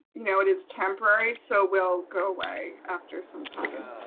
no it is temporary. so we'll go away after some time.